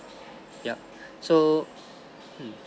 yup so mm